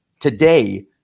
today